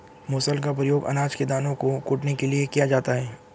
मूसल का प्रयोग अनाज के दानों को कूटने के लिए किया जाता है